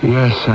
Yes